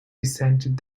resented